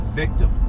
victim